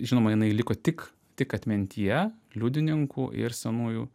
žinoma jinai liko tik tik atmintyje liudininkų ir senųjų